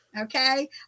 Okay